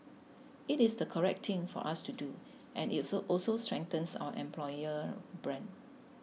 it is the correct thing for us to do and it's also strengthens our employer brand